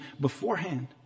beforehand